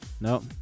Nope